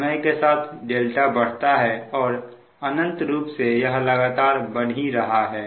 समय के साथ बढ़ता है और अनंत रूप से यह लगातार बढ़ ही रहा है